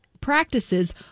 practices